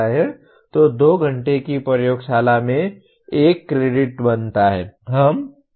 तो 2 घंटे की प्रयोगशाला में 1 क्रेडिट बनता है